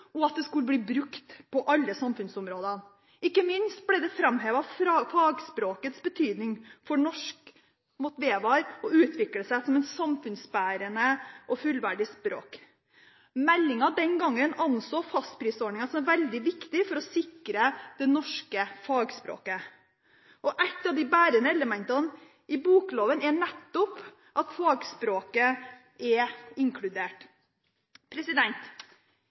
og at det skulle bli brukt på alle samfunnsområdene. Ikke minst ble det framhevet at fagspråkets betydning for norsk måtte vedvare, og utvikle seg som et samfunnsbærende og fullverdig språk. Meldingen den gangen anså fastprisordningen som veldig viktig for å sikre det norske fagspråket, og et av de bærende elementene i bokloven er nettopp at fagspråket er inkludert.